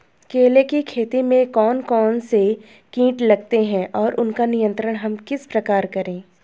केले की खेती में कौन कौन से कीट लगते हैं और उसका नियंत्रण हम किस प्रकार करें?